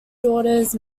daughters